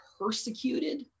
persecuted